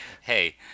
Hey